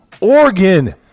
Oregon